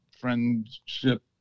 friendship